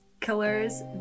killers